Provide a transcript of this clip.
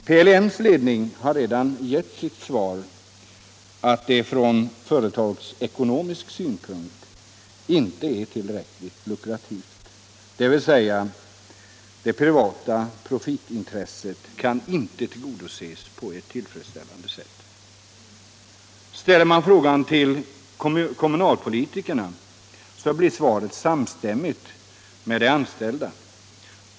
PLM:s ledning har redan gett sitt svar, nämligen att det från företagsekonomisk synpunkt inte är tillräckligt lukrativt att uppehåll produktionen, dvs. det privata profitintresset kan inte tillgodoses på ett tillfredsställande sätt. Ställer man frågan till kommunalpolitikerna får man samma svar som från de anställda.